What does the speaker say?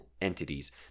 entities